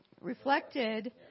reflected